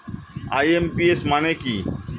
IMPS মানে কি?